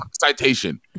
citation